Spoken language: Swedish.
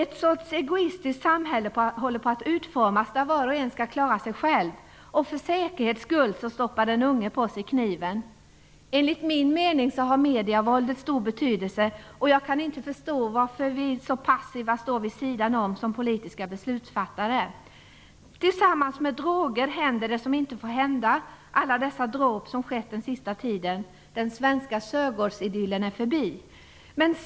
Ett slags egoistiskt samhälle håller på att utformas, där var och en skall klara sig själv. För säkerhets skull stoppar den unge på sig kniven. Enligt min mening har medievåldet en stor betydelse. Jag kan inte förstå varför vi som politiska beslutsfattare så passiva står vid sidan om. I samband med droger händer det som inte får hända - alla dessa dråp som skett den senaste tiden. Den svenska sörgårdsidyllen är förbi.